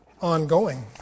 ongoing